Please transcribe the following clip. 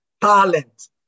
talent